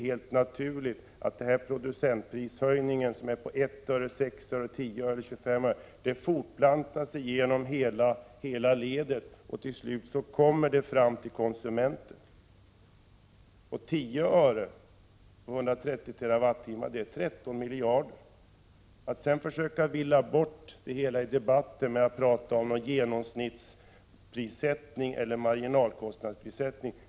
Helt naturligt är att producentprishöjningen på 1 öre, 6, 10 eller 25 öre fortplantas genom hela ledet, och till sist kommer höjningen till konsumenten. 10 öre multiplicerat med 130 ger 13 miljarder. Statsrådet försöker villa bort det hela i debatten med att tala om genomsnittsprissättning och marginalpriser.